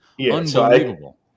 unbelievable